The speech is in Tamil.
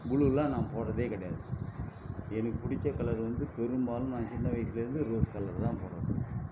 புளுலாம் நான் போடுறதே கிடையாது எனக்கு பிடிச்ச கலர் வந்து பெரும்பாலும் நான் சின்ன வயதுலேருந்து ரோஸ் கலர் தான் போடுகிறேன்